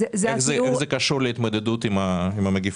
איך זה קשור להתמודדות עם המגפה?